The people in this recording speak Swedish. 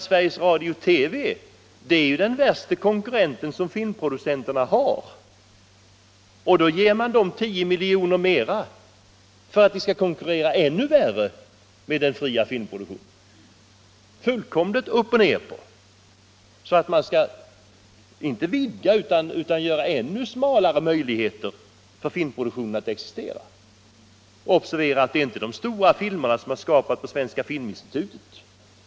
Sveriges Radio-TV är den värsta konkurrenten som filmproducenterna har och dit ger man 10 milj. mer, för att TV skall konkurrera ännu värre med den fria filmproduktionen; fullkomligt upp och ner. Man skall inte vidga möjligheterna utan göra dem ännu mindre för filmproduktionen att existera. Observera att det inte är de stora filmerna man skapat på Svenska filminstitutet.